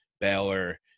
Baylor